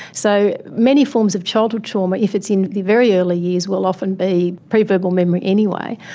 so, many forms of childhood trauma, if it's in the very early years, will often be preverbal memory anyway.